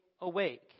awake